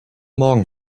morgen